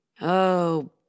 Oh